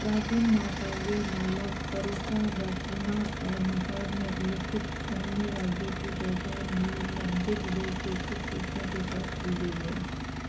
प्राचीन महाकाव्यों मालव करूषा दसरना और निषाद में उल्लिखित अन्य राज्यों की पहचान भी मध्य प्रदेश के कुछ हिस्सों के साथ की गई है